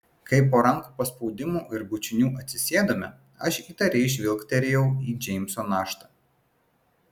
kai po rankų paspaudimų ir bučinių atsisėdome aš įtariai žvilgterėjau į džeimso naštą